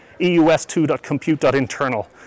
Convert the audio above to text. eus2.compute.internal